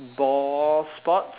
ball sports